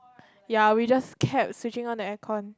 ya we just kept switching on the aircon